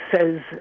says